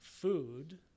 food